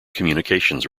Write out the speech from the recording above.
communications